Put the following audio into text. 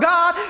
God